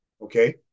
Okay